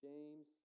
James